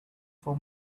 for